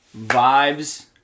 Vibes